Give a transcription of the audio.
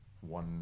one